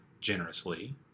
generously